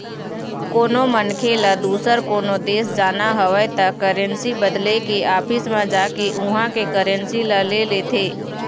कोनो मनखे ल दुसर कोनो देश जाना हवय त करेंसी बदले के ऑफिस म जाके उहाँ के करेंसी ल ले लेथे